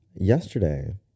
Yesterday